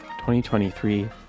2023